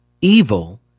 evil